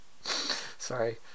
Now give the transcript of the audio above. Sorry